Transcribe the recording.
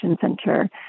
center